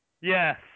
Yes